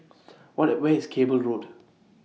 What Where IS Cable Road